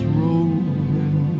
rolling